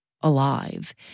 alive